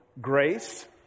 grace